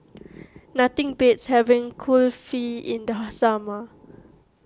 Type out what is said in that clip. nothing beats having Kulfi in the summer